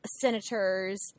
senators